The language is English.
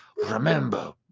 Remember